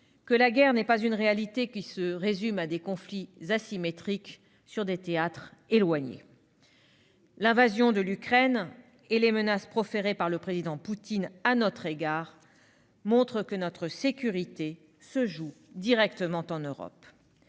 que la guerre n'était pas une réalité se résumant à des conflits asymétriques sur des théâtres éloignés. L'invasion de l'Ukraine et les menaces proférées par le président Poutine à notre égard montrent que notre sécurité se joue directement en Europe.